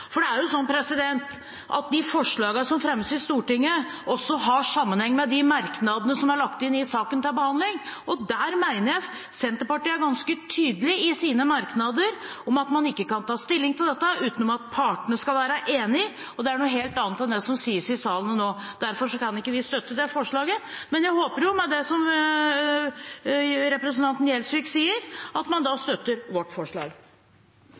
Det er jo sånn at de forslagene som fremmes i Stortinget, også har sammenheng med de merknadene som er lagt inn i saken som er til behandling. Jeg mener Senterpartiet i sine merknader er ganske tydelige på at man ikke kan ta stilling til dette uten at partene skal være enige. Det er noe helt annet enn det som sies i salen nå. Derfor kan vi ikke støtte det forslaget. Men jeg håper jo, med det som representanten Gjelsvik sier, at man vil støtte vårt forslag.